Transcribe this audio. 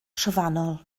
trofannol